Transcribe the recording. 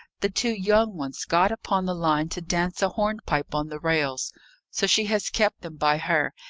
the two young ones got upon the line to dance a hornpipe on the rails so she has kept them by her,